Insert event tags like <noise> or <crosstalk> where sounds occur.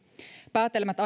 päätelmät <unintelligible>